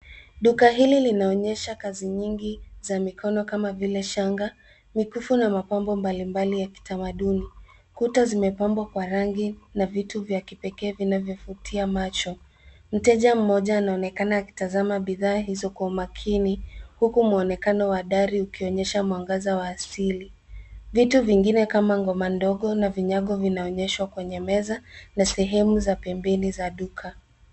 Duka hili linaonyesha kazi nyingi za mikono kama vile shanga, mikufu na mapambo mbalimbali ya kitamaduni. Kuta zimepambwa kwa rangi na vitu vya kipekee vinavyovutia macho. Mteja mmoja anaonekana akitazama bidhaa hizo kwa umakini huku muonekano wa dari ukionyesha mwangaza wa asili. Vitu vingine kama ngoma ndogo na vinyago vinaonyeshwa kwenye meza na sehemu za pembeni za duka.